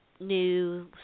new